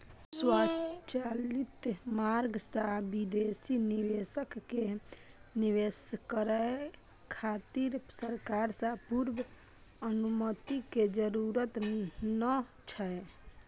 स्वचालित मार्ग सं विदेशी निवेशक कें निवेश करै खातिर सरकार सं पूर्व अनुमति के जरूरत नै छै